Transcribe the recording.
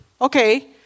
okay